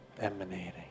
emanating